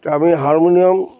ত আমি হারমোনিয়াম